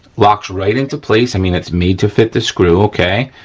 locks right into place, i mean, it's made to fit the screw, okay.